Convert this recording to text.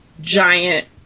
Giant